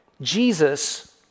Jesus